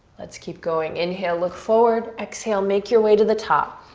let's keep going. inhale, look forward. exhale, make your way to the top.